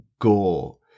Gore